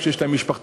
כשיש להן משפחתונים,